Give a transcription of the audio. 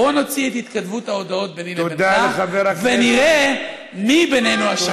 בוא נוציא את התכתבות ההודעות ביני לבינך ונראה מי בינינו השקרן.